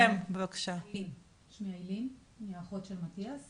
של מטיאס